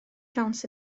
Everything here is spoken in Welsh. siawns